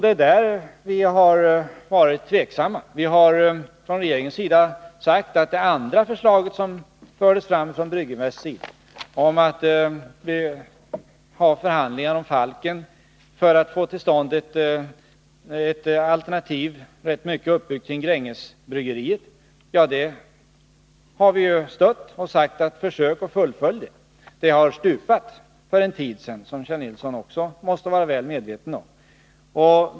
Det är på den punkten vi har varit tveksamma. Det andra förslaget som lades fram från Brygginvests sida, om förhandlingar om Falken för att få till stånd ett alternativ, rätt mycket uppbyggt kring Grängesbergsbryggeriet, har vi från regeringens sida stött och sagt: Försök att fullfölja det! Det har stupat för en tid sedan, som Kjell Nilsson också måste vara medveten om.